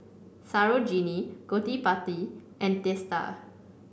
Sarojini Gottipati and Teesta